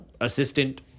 assistant